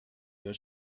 your